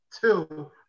Two